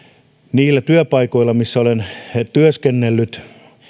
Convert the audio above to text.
niillä työpaikoilla missä olen työskennellyt